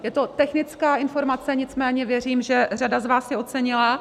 Je to technická informace, nicméně věřím, že řada z vás ji ocenila.